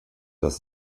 das